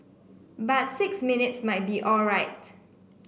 but six minutes might be alright